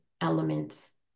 elements